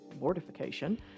mortification